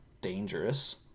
dangerous